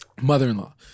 Mother-in-law